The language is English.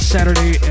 Saturday